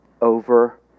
over